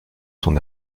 son